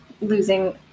losing